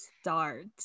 start